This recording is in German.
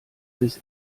bis